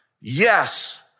Yes